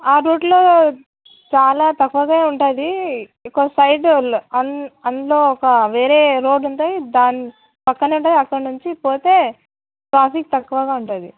రూట్లో చాలా తక్కువగా ఉంటుంది ఇంకో సైడ్లో అన్ అందులో ఒక వేరే రోడ్ ఉంటాయి దాని పక్కన ఉంటుంది అక్కడ నుంచి పోతే ట్రాఫిక్ తక్కువగా ఉంటుంది